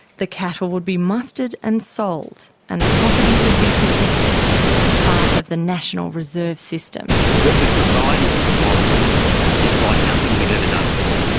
the cattle would be mustered and sold and the property would be protected as part of the national reserve system. what we provide in this model is like nothing we've ever done before,